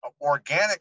organic